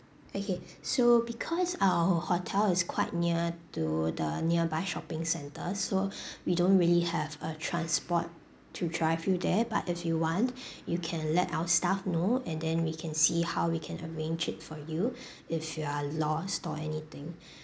okay so because our hotel is quite near to the nearby shopping center so we don't really have a transport to drive you there but if you want you can let our staff know and then we can see how we can arrange it for you if you are lost or anything